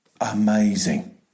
Amazing